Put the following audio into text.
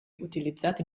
utilizzati